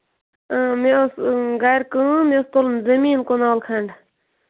مےٚ اوس گرِ کٲم مےٚ اوس تُلُن زٔمیٖن کنال کھنٛڈ